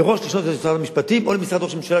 מראש תשאל את זה את שר המשפטים או משרד ראש הממשלה,